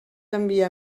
enviar